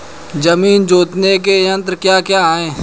जमीन जोतने के यंत्र क्या क्या हैं?